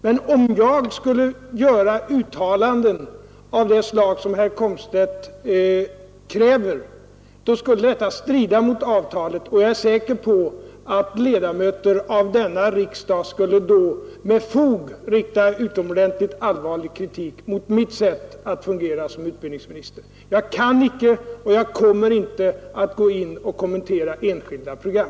Men om jag skulle göra uttalanden av det slag som herr Komstedt kräver, skulle detta strida mot avtalet, och jag är säker på att ledamöter av denna riksdag då med fog skulle rikta utomordentligt allvarlig kritik mot mitt sätt att fungera som utbildningsminister. Jag kan inte och kommer inte att ingripa genom att kommentera enskilda program.